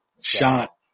Shot